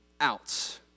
out